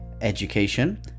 Education